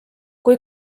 kui